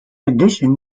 addition